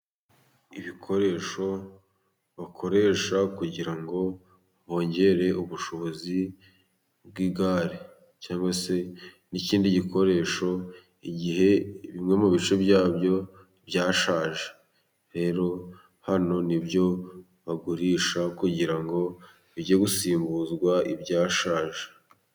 Ibikoresho bakoresha kugira ngo bongere ubushobozi bw'igare cyangwa se n'ikindi gikoresho igihe bimwe mu bice byabyo byashaje, rero hano ni byo bagurisha kugira ngo bijye gusimbuzwa ibyashaje.